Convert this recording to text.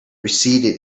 receded